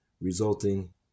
resulting